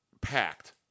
packed